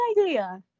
idea